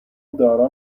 دارا